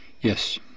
Yes